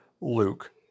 Luke